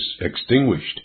extinguished